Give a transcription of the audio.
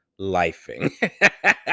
lifing